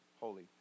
holy